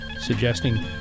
suggesting